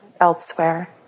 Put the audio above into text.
elsewhere